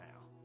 now